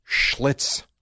Schlitz